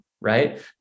right